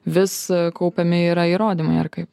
vis kaupiami yra įrodymai ar kaip